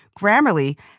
Grammarly